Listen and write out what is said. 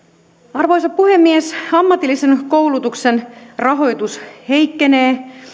arvoisa puhemies ammatillisen koulutuksen rahoitus heikkenee